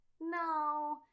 no